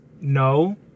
no